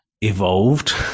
evolved